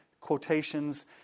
quotations